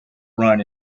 run